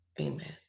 amen